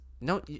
no